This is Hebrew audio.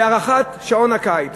בהארכת שעון הקיץ